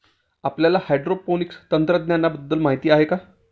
आपल्याला हायड्रोपोनिक्स तंत्रज्ञानाबद्दल माहिती आहे का?